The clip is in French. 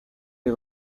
les